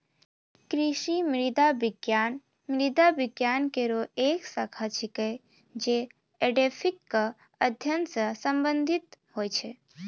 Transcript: कृषि मृदा विज्ञान मृदा विज्ञान केरो एक शाखा छिकै, जे एडेफिक क अध्ययन सें संबंधित होय छै